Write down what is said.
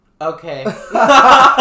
Okay